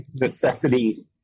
necessity